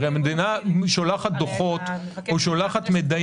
הרי המדינה שולחת דוחות ומידעים.